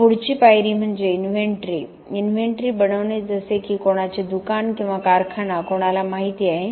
मग पुढची पायरी म्हणजे इन्व्हेंटरी इन्व्हेंटरी बनवणे जसे की कोणाचे दुकान किंवा कारखाना कोणाला माहीत आहे